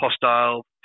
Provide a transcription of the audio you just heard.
hostile